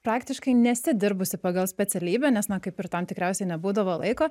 praktiškai nesi dirbusi pagal specialybę nes na kaip ir tam tikriausiai nebūdavo laiko